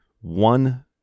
One